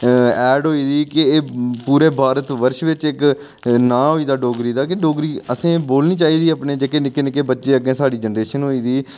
add होई दी कि एह् पूरे भारतबर्ष बिच इक नांऽ होई गेदा डोगरी दा डोगरी असें बोलनी चाहिदी ऐ अपने जेह्के निक्के निक्के बच्चे अग्गें साढ़ी जनरेशन होई दी